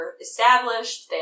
established